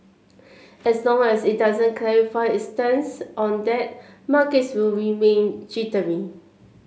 as long as it doesn't clarify its stance on that markets will remain jittery